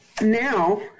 now